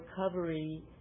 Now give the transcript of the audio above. recovery